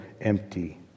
empty